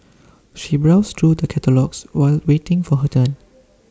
she browsed through the catalogues while waiting for her turn